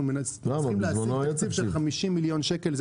אנחנו מנסים להשיג תקציב של 50 מיליון שקל.